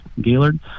Gaylord